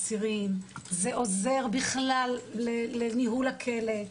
לאסירים, זה עוזר בכלל לניהול הכלא.